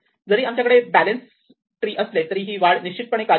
जरी आमच्याकडे बॅलेन्स असले तरी ही वाढ निश्चितपणे कार्य करते